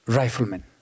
riflemen